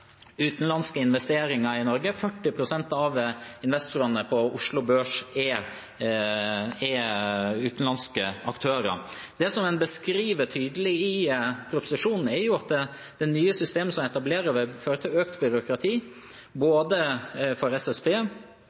utenlandske investeringer i Norge. 40 pst. av investorene på Oslo Børs er utenlandske aktører. Det en beskriver tydelig i proposisjonen, er at det nye systemet som etableres, vil føre til økt byråkrati for SSB,